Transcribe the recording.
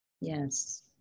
Yes